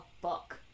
book